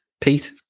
Pete